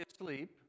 asleep